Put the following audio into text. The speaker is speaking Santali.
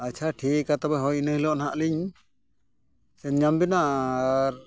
ᱟᱪᱪᱷᱟ ᱴᱷᱤᱠ ᱟ ᱛᱚᱵᱮ ᱦᱳᱭ ᱤᱱᱟᱹ ᱦᱤᱞᱳᱜ ᱦᱟᱸᱜ ᱞᱤᱧ ᱥᱮᱱ ᱧᱟᱢ ᱵᱮᱱᱟ ᱟᱨ